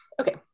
okay